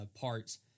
parts